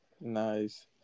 Nice